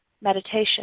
meditation